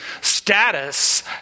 status